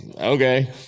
Okay